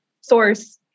source